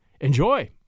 Enjoy